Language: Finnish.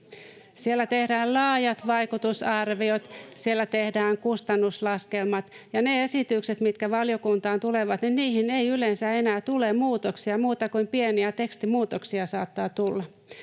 Siellä tehdään laajat vaikutusarviot, siellä tehdään kustannuslaskelmat, ja niihin esityksiin, mitkä valiokuntaan tulevat, ei yleensä enää tule muutoksia — muita kuin pieniä tekstimuutoksia. Niitä saattaa tulla.